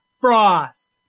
Frost